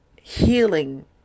healing